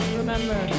remember